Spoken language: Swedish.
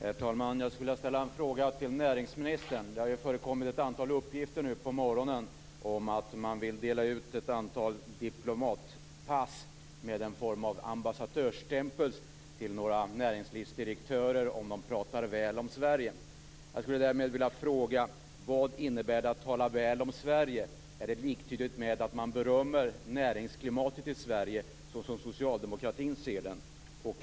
Herr talman! Jag skulle vilja ställa en fråga till näringsministern. Det har under morgonen förekommit uppgifter om att man vill dela ut ett antal diplomatpass med en form av ambassadörsstämpel till några direktörer inom näringslivet om de pratar väl om Sverige. Vad innebär det att tala väl om Sverige? Är det liktydigt med att berömma näringsklimatet i Sverige såsom socialdemokratin ser det?